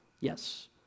Yes